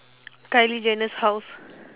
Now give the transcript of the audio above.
kylie jenner's house